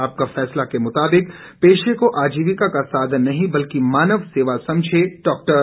आपका फैसला के मुताबिक पेशे को अजीविका का साधन नहीं बल्कि मानव सेवा समझे डॉक्टर